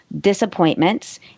disappointments